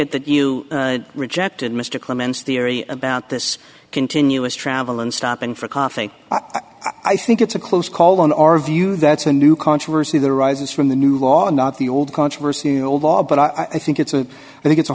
it that you rejected mr clements theory about this continuous travel and stopping for coffee i think it's a close call on our view that's a new controversy that arises from the new law and not the old controversy over all but i think it's a i think it's